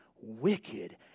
wicked